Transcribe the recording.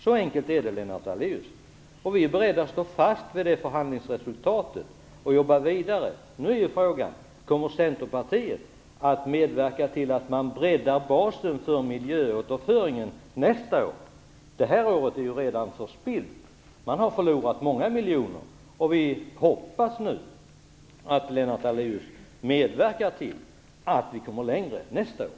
Så enkelt är det, Lennart Daléus. Vi är beredda att stå fast vid det förhandlingsresultatet och jobba vidare. Nu är frågan: Kommer Centerpartiet att medverka till att man breddar basen för miljöåterföringen nästa år? Det här året är redan förspillt. Man har förlorat många miljoner. Vi hoppas nu att Lennart Daléus medverkar till att vi kommer längre nästa år.